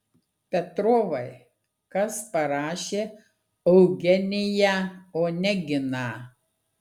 petrovai kas parašė eugeniją oneginą